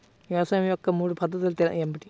వ్యవసాయం యొక్క మూడు పద్ధతులు ఏమిటి?